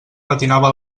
patinava